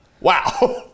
wow